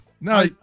No